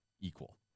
equal